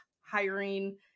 hiring